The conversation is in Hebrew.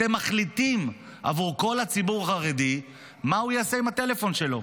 אתם מחליטים עבור כל הציבור החרדי מה הוא יעשה עם הטלפון שלו.